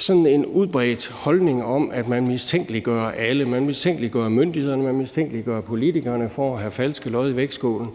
sådan en udbredt tendens til, at man mistænkeliggør alle. Man mistænkeliggør myndighederne, og man mistænkeliggør politikerne for at have falske lodder i vægtskålen.